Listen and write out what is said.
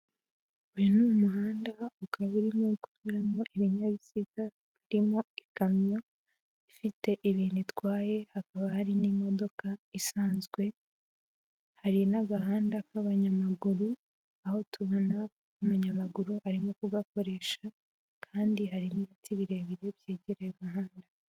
Uyu ni umuhanda ukaba urimo kunyuramo ibinyabiziga birimo ikamyo ifite ibintu itwaye, hakaba hari n'imodoka isanzwe, hari n'agahanda k'abanyamaguru, aho tubona umunyamaguru arimo kugakoresha kandi hari n'ibiti birebire byegereye umuhanda.